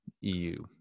EU